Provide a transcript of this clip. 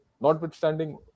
notwithstanding